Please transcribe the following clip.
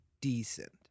decent